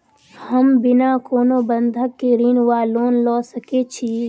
हम बिना कोनो बंधक केँ ऋण वा लोन लऽ सकै छी?